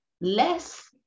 Less